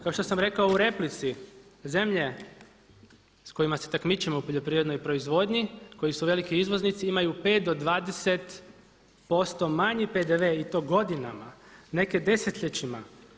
Kao što sam rekao u replici zemlje s kojima se takmičimo u poljoprivrednoj proizvodnji, koji su veliki izvoznici imaju 5 do 20% manji PDV i to godinama, neke desetljećima.